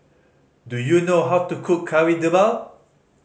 do you know how to cook Kari Debal